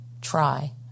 try